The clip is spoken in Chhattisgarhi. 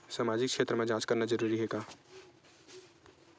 सामाजिक क्षेत्र म जांच करना जरूरी हे का?